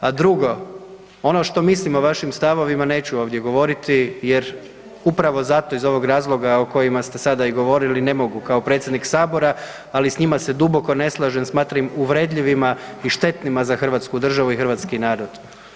A drugo, ono što mislim o vašim stavovima, neću ovdje govoriti jer upravo zato iz ovog razloga o kojima ste sada i govorili, ne mogu kao predsjednik Sabora ali s njima se duboko ne slažem, smatram ih uvredljivima i štetnima za hrvatsku državu i hrvatski narod.